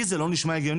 לי זה לא נשמע הגיוני.